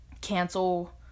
cancel